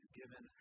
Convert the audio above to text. given